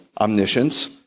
omniscience